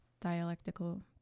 dialectical